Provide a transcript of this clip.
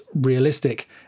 realistic